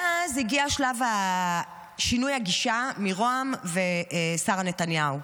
ואז הגיע שלב שינוי הגישה מרה"מ ושרה נתניהו.